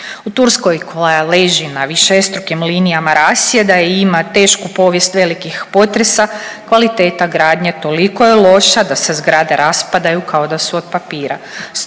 U Turskoj koja leži na višestrukim linijama rasjeda i ima tešku povijest velikih potresa kvaliteta gradnje toliko je loša da se zgrade raspadaju kao da su od papira.